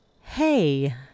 Hey